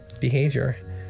behavior